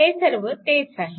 हे सर्व तेच आहे